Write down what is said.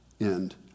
end